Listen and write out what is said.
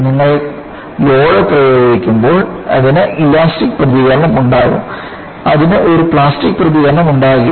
നിങ്ങൾ ലോഡ് പ്രയോഗിക്കുമ്പോൾ അതിന് ഇലാസ്റ്റിക് പ്രതികരണം ഉണ്ടാകും അതിന് ഒരു പ്ലാസ്റ്റിക് പ്രതികരണം ഉണ്ടാകില്ല